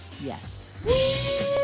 Yes